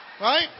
Right